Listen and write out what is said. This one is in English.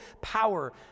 power